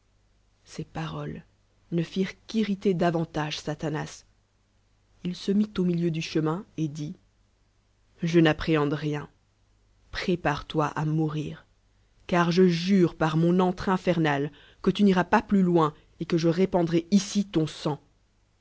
ces paroles ne fireot qu'irriter davantage satanas il se mit au mi lieu du chemin et dit je n'appréhende rien préparetoi à mourir car je jure par mon antre infernal que tu n'iras pas plus loin etqueie répandrai ici ton sang